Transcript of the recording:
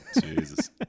Jesus